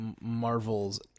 Marvel's